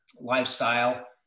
lifestyle